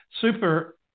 super